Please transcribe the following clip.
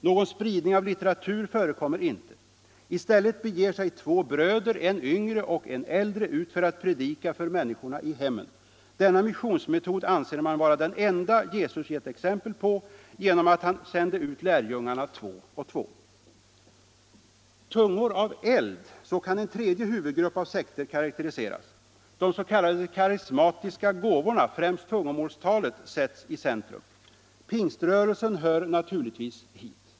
Någon spridning av litteratur förekommer inte. I stället beger sig två ”bröder” — en yngre och en äldre — ut för att predika för människorna i hemmen. Denna missionsmetod anser man vara den enda Jesus gett exempel på genom att han sände ut lärjungarna två och två. Tungor av eld — så kan en tredje huvudgrupp av sekter karakteriseras. De s.k. karismatiska gåvorna, främst tungomålstalet, sätts i centrum. Pingströrelsen hör naturligtvis hit.